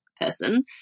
person